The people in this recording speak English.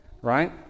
right